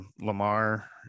Lamar